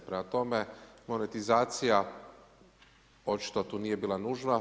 Prema tome monetizacija očito tu nije bila nužna.